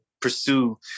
pursue